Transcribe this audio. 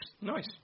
Nice